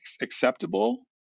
acceptable